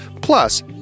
Plus